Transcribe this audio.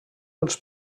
els